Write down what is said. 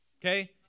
okay